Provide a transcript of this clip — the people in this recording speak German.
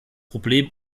problem